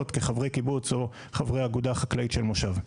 כחברי קיבוץ או חברי אגודה חקלאית של מושב.